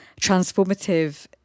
transformative